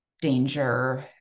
danger